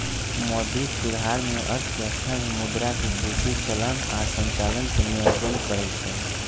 मौद्रिक सुधार में अर्थव्यवस्था में मुद्रा के पूर्ति, चलन आऽ संचालन के नियन्त्रण करइ छइ